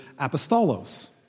apostolos